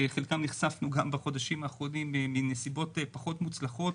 לחלקם נחשפנו גם בחודשים באחרונים בנסיבות פחות מוצלחות.